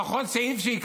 או לפחות שייכנס